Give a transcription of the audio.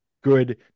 good